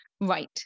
Right